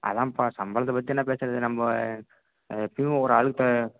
அதுதான்ப்பா சம்பளத்தை பற்றி என்ன பேசுவது நம்ம ஆ எப்பேயுமே ஒரு ஆளுக்கு